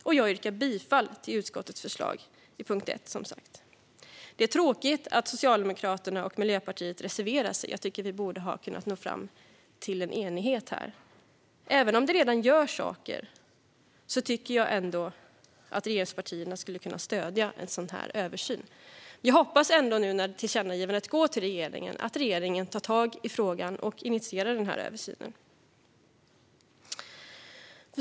Jag yrkar som sagt bifall till utskottets förslag under punkt 1. Det är tråkigt att Socialdemokraterna och Miljöpartiet reserverar sig. Jag tycker att vi borde ha kunna nå fram till enighet här. Även om det redan görs saker tycker jag att regeringspartierna skulle kunna stödja en sådan här översyn. Jag hoppas ändå att regeringen efter tillkännagivandet tar tag i frågan och initierar denna översyn.